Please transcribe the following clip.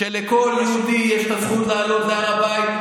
הוא שלכל יהודי יש את הזכות לעלות להר הבית,